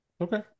okay